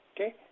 Okay